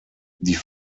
die